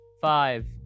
Five